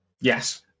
Yes